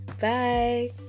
Bye